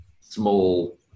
small